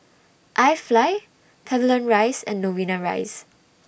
I Fly Pavilion Rise and Novena Rise